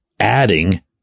adding